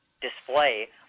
display